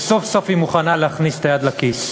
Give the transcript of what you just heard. וסוף-סוף היא מוכנה להכניס את היד לכיס.